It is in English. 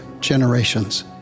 generations